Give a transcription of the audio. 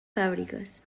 fàbriques